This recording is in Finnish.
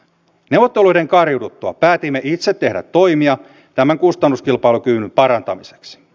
neuvotteluiden kariuduttua päätimme itse tehdä toimia tämän kustannuskilpailukyvyn parantamiseksi